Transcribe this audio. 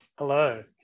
Hello